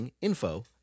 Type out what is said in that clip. Info